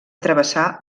travessar